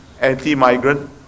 anti-migrant